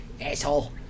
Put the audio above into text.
asshole